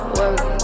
work